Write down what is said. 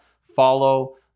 follow